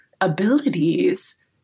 abilities